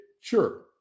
Sure